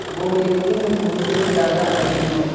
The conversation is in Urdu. وہ میرے لیے بہنوں سے بھی زیادہ عزیز ہے